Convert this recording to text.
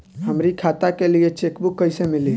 हमरी खाता के लिए चेकबुक कईसे मिली?